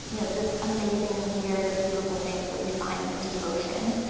you know the amazing and weird and beautiful things that we find in the deep ocean.